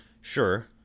Sure